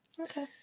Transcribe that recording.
Okay